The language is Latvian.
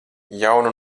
jaunu